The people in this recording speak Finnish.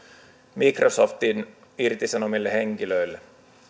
microsoftin irtisanomille henkilöille